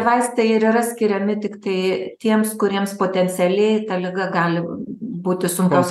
vaistai ir yra skiriami tiktai tiems kuriems potencialiai ta liga gali būti sunkios